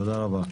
תודה רבה.